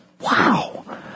Wow